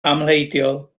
amhleidiol